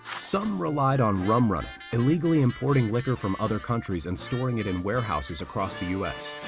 some relied on rum running, illegally importing liquor from other countries and storing it in warehouses across the us.